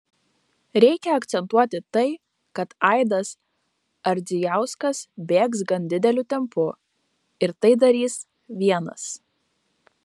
reikia akcentuoti tai kad aidas ardzijauskas bėgs gan dideliu tempu ir tai darys vienas